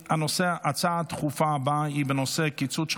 ההצעה הדחופה הבאה היא בנושא קיצוץ של